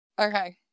Okay